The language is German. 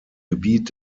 gebiet